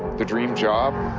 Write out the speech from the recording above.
the dream job,